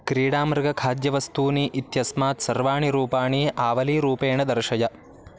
क्रीडामृगखाद्यवस्तूनि इत्यस्मात् सर्वाणि रूपाणि आवलीरूपेण दर्शय